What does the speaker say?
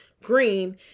Green